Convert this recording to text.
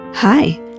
Hi